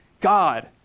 God